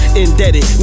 indebted